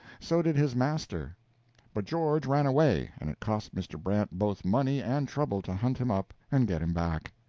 so did his master but george ran away, and it cost mr. brant both money and trouble to hunt him up and get him back.